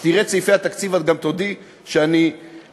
כשתראי את סעיפי התקציב, גם את תודי שאני צודק.